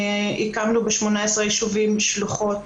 הקמנו ב-18 ישובים שלוחות